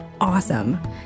awesome